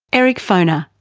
eric foner,